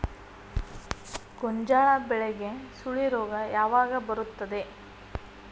ಗೋಂಜಾಳ ಬೆಳೆಗೆ ಸುಳಿ ರೋಗ ಯಾವಾಗ ಬರುತ್ತದೆ?